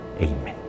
Amen